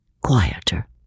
Quieter